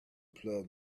plug